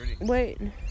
Wait